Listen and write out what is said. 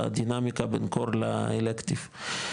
הדינמיקה בין קור לאלקטיב.